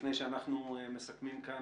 לפני שאנחנו מסכמים כאן,